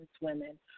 women